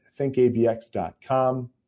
thinkabx.com